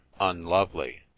unlovely